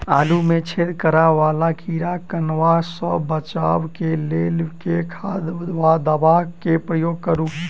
आलु मे छेद करा वला कीड़ा कन्वा सँ बचाब केँ लेल केँ खाद वा दवा केँ प्रयोग करू?